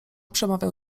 przemawiał